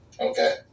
Okay